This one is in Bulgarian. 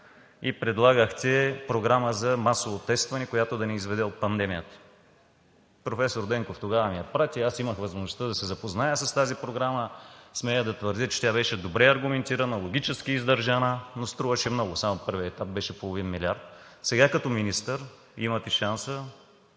и предлагахте програма за масово тестване, която да ни изведе от пандемията. Професор Денков тогава ми я прати и аз имах възможността да се запозная с тази програма. Смея да твърдя, че тя беше добре аргументирана, логически издържана, но струваше много – само първият етап беше половин милиард. Сега като министър имате шанса,